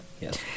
yes